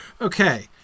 Okay